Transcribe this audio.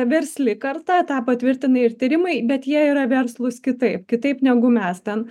versli karta tą patvirtina ir tyrimai bet jie yra verslūs kitaip kitaip negu mes ten